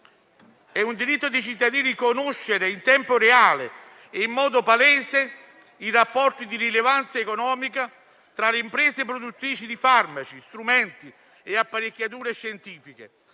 È un diritto dei cittadini conoscere in tempo reale e in modo palese i rapporti di rilevanza economica tra le imprese produttrici di farmaci, strumenti e apparecchiature scientifiche,